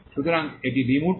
সুতরাং এটি বিমূর্ত